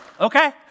Okay